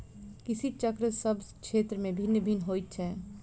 कृषि चक्र सभ क्षेत्र मे भिन्न भिन्न होइत छै